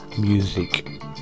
music